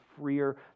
freer